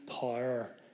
power